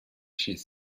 chez